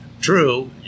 True